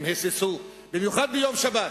הם היססו, במיוחד ביום שבת,